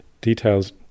details